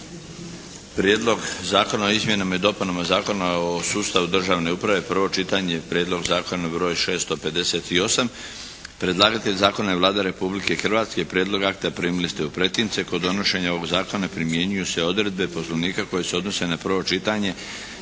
Prijedlog zakona o izmjenama i dopunama Zakona o sustavu državne uprave, prvo čitanje, P.Z. br. 658 Predlagatelj zakona je Vlada Republike Hrvatske. Prijedlog akta primili ste u pretince. Kod donošenja ovog zakona primjenjuju se odredbe poslovnika koje se odnose na prvo čitanje